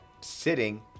sitting